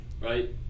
right